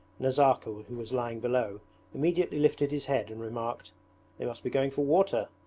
nazarka who was lying below immediately lifted his head and remarked they must be going for water